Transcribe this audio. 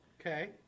Okay